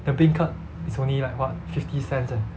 the beancurd is only like what fifty cents eh